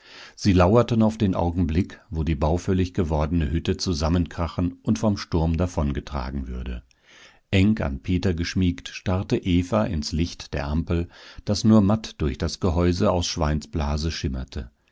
sie lauerten auf den augenblick wo die baufällig gewordene hütte zusammenkrachen und vom sturm davongetragen würde eng an peter geschmiegt starrte eva ins licht der ampel das nur matt durch das gehäuse aus schweinsblase schimmerte